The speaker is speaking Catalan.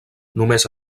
només